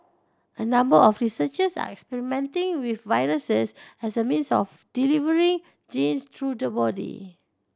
a number of researchers are experimenting with viruses as a means of delivering genes through the body